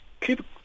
keep